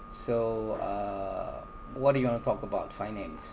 so uh what do you want to talk about finance